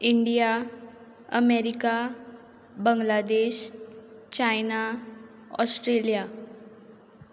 India America Bangladesh China Australia